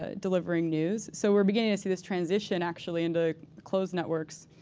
ah delivering news. so we're beginning to see this transition, actually, into closed networks,